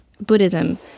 Buddhism